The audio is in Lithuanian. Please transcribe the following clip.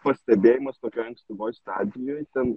pastebėjimas tokioj ankstyvoj stadijoj ten